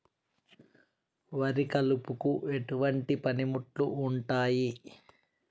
వరి కలుపుకు ఎటువంటి పనిముట్లు ఉంటాయి?